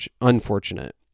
unfortunate